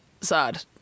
sad